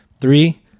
three